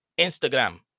Instagram